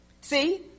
See